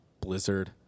blizzard